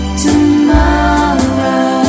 tomorrow